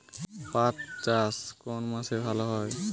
পাট চাষ কোন মাসে ভালো হয়?